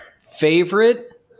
favorite